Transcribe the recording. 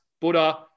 Buddha